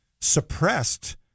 suppressed